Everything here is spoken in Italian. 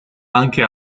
anche